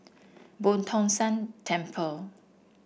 Boo Tong San Temple